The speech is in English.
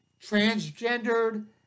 transgendered